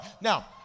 now